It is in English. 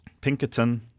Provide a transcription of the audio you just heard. Pinkerton